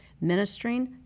ministering